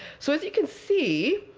so as you can see,